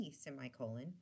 semicolon